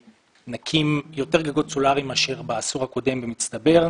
נקים אנחנו נקים יותר גגות סולריים מאשר בעשור הקודם במצטבר.